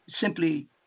Simply